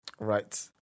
Right